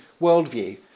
worldview